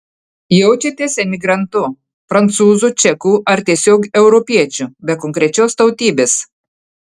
jaučiatės emigrantu prancūzu čeku ar tiesiog europiečiu be konkrečios tautybės